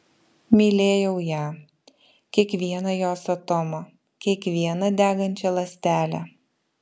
mylėjau ją kiekvieną jos atomą kiekvieną degančią ląstelę